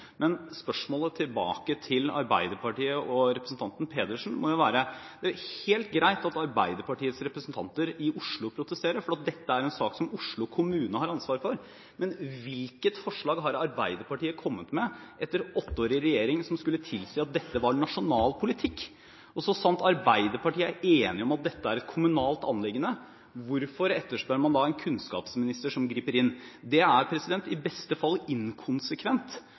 Men spørsmålet tilbake til Arbeiderpartiet og representanten Pedersen må være: Det er helt greit at Arbeiderpartiets representanter i Oslo protesterer – for dette er en sak som Oslo kommune har ansvar for – men hvilket forslag har Arbeiderpartiet kommet med etter åtte år i regjering, som skulle tilsi at dette var nasjonal politikk? Og så sant Arbeiderpartiet er enige om at dette er et kommunalt anliggende, hvorfor etterspør man da en kunnskapsminister som griper inn? Det er i beste fall inkonsekvent